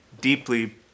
deeply